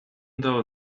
though